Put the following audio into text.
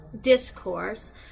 discourse